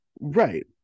Right